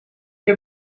heb